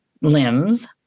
limbs